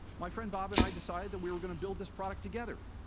my friend bob and i decided that we were going to build this product together.